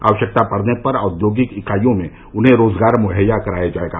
आवश्यकता पड़ने पर औद्योगिक इकाइयों में उन्हें रोजगार मुहैया कराया जायेगा